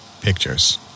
pictures